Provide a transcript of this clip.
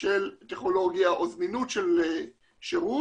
של טכנולוגיה או זמינות של שירות.